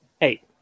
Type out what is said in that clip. Hey